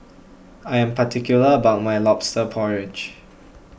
I am particular about my Lobster Porridge